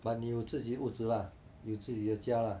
but 你有自己的屋子啦有自己的家啦